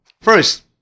First